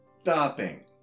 stopping